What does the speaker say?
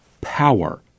power